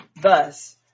Thus